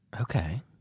Okay